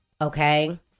Okay